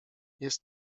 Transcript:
jest